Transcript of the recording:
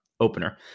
Opener